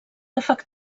afectar